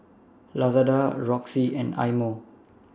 Lazada Roxy and Eye Mo